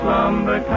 Slumber